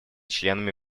членами